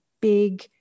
big